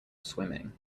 swimming